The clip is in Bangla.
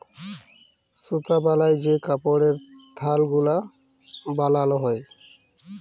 সুতা বালায় যে কাপড়ের থাল গুলা বালাল হ্যয়